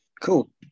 cool